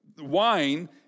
Wine